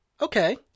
Okay